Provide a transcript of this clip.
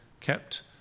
kept